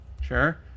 sure